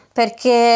perché